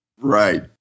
Right